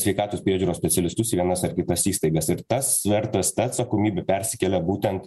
sveikatos priežiūros specialistus į vienas ar kitas įstaigas ir tas svertas ta atsakomybė persikelia būtent